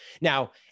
Now